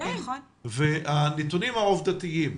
הנתונים העובדתיים